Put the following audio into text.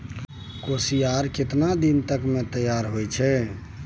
कोसियार केतना दिन मे तैयार हौय छै?